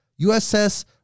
USS